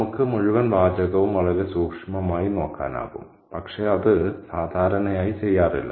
നമുക്ക് മുഴുവൻ വാചകവും വളരെ സൂക്ഷ്മമായി നോക്കാനാകും പക്ഷേ അത് സാധാരണയായി ചെയ്യാറില്ല